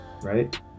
right